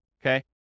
okay